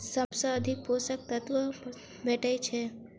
सबसँ अधिक पोसक तत्व भेटय छै?